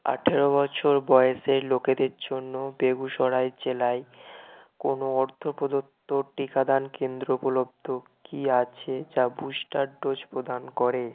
আঠেরো বছর বয়সের লোকেদের জন্য বেগুসরাই জেলায় কোনও অর্থ প্রদত্ত টিকাদান কেন্দ্র উপলব্ধ কি আছে যা বুস্টার ডোজ প্রদান করে